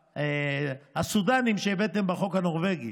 הסודנים שהבאתם בחוק הנורבגי,